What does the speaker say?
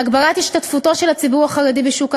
להגברת השתתפותו של הציבור החרדי בשוק